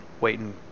waiting